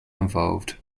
involved